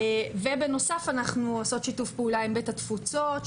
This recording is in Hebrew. ובנוסף אנחנו עושות שיתוף פעולה עם בית התפוצות,